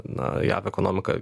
na jav ekonomika